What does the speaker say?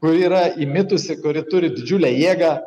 kuri yra įmitusi kuri turi didžiulę jėgą